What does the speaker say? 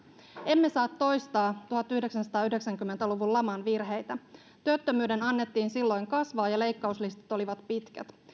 emme saa toistaa tuhatyhdeksänsataayhdeksänkymmentä luvun laman virheitä työttömyyden annettiin silloin kasvaa ja leikkauslistat olivat pitkät